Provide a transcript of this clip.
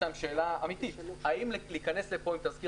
יש לנו שאלה אמיתית: האם להיכנס לפה עם תזכיר